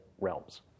realms